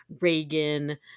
Reagan